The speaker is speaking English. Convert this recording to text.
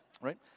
right